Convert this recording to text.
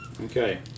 Okay